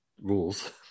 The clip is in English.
rules